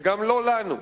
וגם לא לנו,